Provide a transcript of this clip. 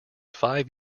five